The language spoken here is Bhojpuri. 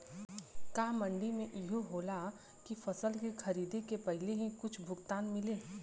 का मंडी में इहो होला की फसल के खरीदे के पहिले ही कुछ भुगतान मिले?